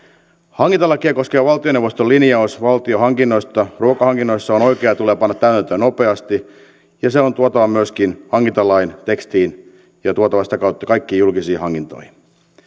hankintalakia koskeva valtioneuvoston linjaus valtion hankinnoista ruokahankinnoissa on oikea ja tulee panna täytäntöön nopeasti ja se on tuotava myöskin hankintalain tekstiin ja tuotava sitä kautta kaikkiin julkisiin hankintoihin